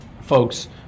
folks